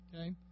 okay